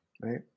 right